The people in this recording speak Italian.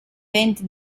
venti